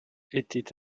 était